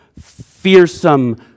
fearsome